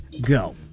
go